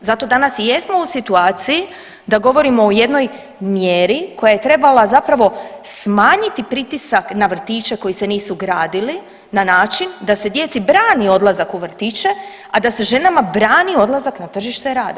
Zato danas i jesmo u situaciji da govorimo o jednoj mjeri koja je trebala zapravo smanjiti pritisak na vrtiće koji se nisu gradili na način da se djeci brani odlazak u vrtiće, a da se ženama brani odlazak na tržište rada.